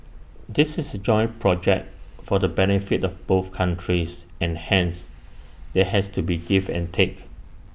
this is A joint project for the benefit of both countries and hence there has to be give and take